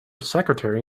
secretary